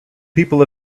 people